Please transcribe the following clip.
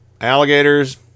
alligators